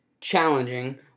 challenging